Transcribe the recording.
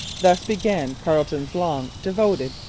thus began carleton's long, devoted,